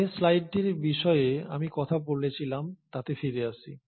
যে স্লাইডটির বিষয়ে আমি কথা বলছিলাম তাতে ফিরে আসি